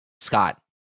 Scott